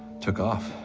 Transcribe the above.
took off,